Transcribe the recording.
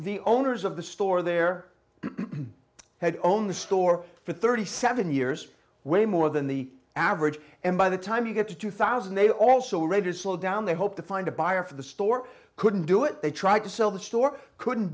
the owners of the store there had owned the store for thirty seven years way more than the average and by the time you get to two thousand they also raided slowdown they hope to find a buyer for the store couldn't do it they tried to sell the store couldn't